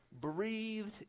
breathed